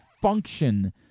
function